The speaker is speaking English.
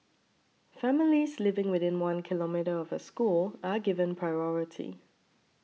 families living within one kilometre of a school are given priority